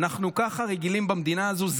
ככה אנחנו רגילים במדינה הזו.